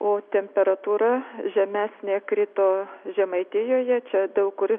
o temperatūra žemesnė krito žemaitijoje čia daug kur